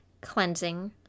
cleansing